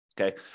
Okay